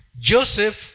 Joseph